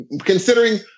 considering